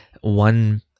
one